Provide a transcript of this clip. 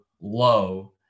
low